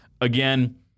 again